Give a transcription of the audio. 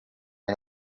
and